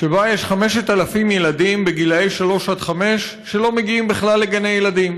שבה יש 5,000 ילדים בגילי שלוש עד חמש שלא מגיעים בכלל לגני ילדים.